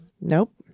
Nope